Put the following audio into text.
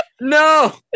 no